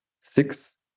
six